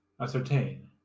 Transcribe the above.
ascertain